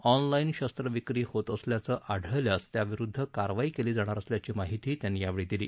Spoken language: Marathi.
ऑनलाईन शस्त्रविक्री होत असल्याचं आढळल्यास त्याविरुद्ध कारवाई केली जाणार असल्याची माहितीही त्यांनी यावेळी दिली